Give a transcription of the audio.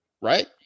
Right